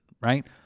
right